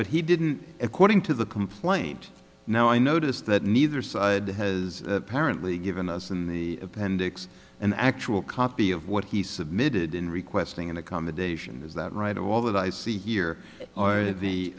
but he didn't according to the complaint now i notice that neither side has apparently given us in the appendix an actual copy of what he submitted in requesting an accommodation is that right all that i see here are the